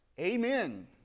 Amen